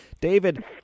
David